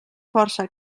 força